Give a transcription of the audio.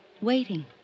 Waiting